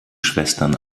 schwestern